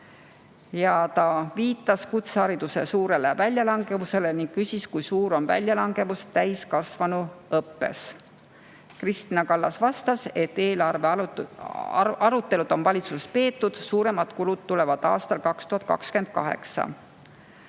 ka viitas ta kutsehariduse suurele väljalangevusele ning küsis, kui suur on väljalangevus täiskasvanuõppes. Kristina Kallas vastas, et eelarvearutelud on valitsuses peetud. Suuremad kulud tulevad aastal 2028.